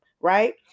right